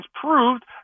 proved